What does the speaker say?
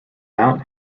mount